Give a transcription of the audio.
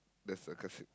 there's a casi~